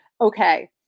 okay